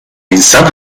insan